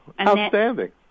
Outstanding